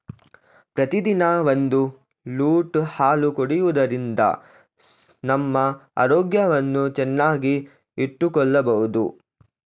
ಪ್ರತಿದಿನ ಒಂದು ಲೋಟ ಹಾಲು ಕುಡಿಯುವುದರಿಂದ ನಮ್ಮ ಆರೋಗ್ಯವನ್ನು ಚೆನ್ನಾಗಿ ಇಟ್ಟುಕೊಳ್ಳಬೋದು